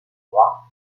droit